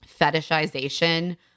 fetishization